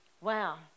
Wow